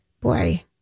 boy